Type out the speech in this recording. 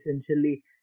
essentially